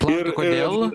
plauti kodėl